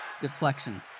Deflection